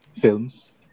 films